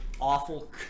awful